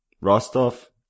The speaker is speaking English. Rostov